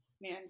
man